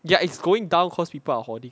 ya it's going down cause people are hoarding